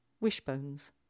Wishbones